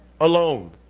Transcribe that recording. alone